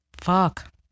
Fuck